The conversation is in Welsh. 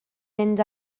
mynd